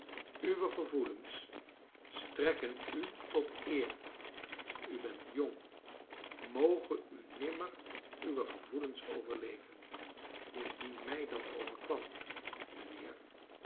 uwe gevoelens strekken u tot eer u bent jong moge u nimmer uwe gevoelens overleven indien mij dat overkwam mijnheer